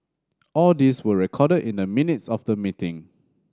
all these were recorded in the minutes of the meeting